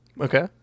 Okay